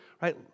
right